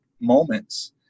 moments